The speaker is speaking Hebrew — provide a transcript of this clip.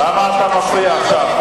למה אתה מפריע עכשיו,